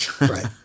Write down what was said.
Right